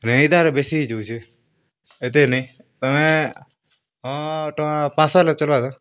ନାଇଁ ତାର୍ ବେଶୀ ହେଇଯାଉଛେ ଏତେ ନେଇ ତମେ ହଁ ଟଙ୍କା ପାଞ୍ଚଶହ ହେଲେ ଚଲବା